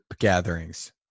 gatherings